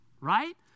right